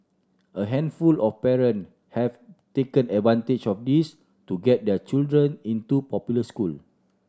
a handful of parent have taken advantage of this to get their children into popular school